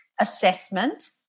assessment